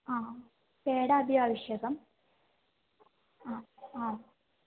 आं पेडा अपि आवश्यकम् आम् आम्